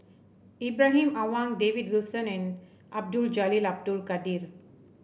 Ibrahim Awang David Wilson and Abdul Jalil Abdul Kadir